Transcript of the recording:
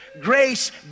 grace